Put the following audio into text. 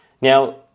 Now